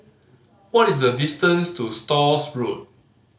what is the distance to Stores Road